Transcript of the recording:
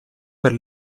per